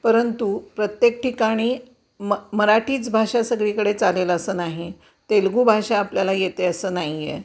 परंतु प्रत्येक ठिकाणी म मराठीच भाषा सगळीकडे चालेल असं नाही तेलगू भाषा आपल्याला येते असं नाही आहे